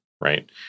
right